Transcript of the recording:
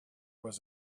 was